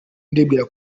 ndibwira